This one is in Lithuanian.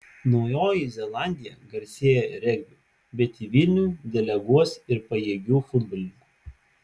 naujoji zelandija garsėja regbiu bet į vilnių deleguos ir pajėgių futbolininkų